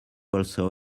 also